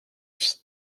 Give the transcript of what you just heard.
fit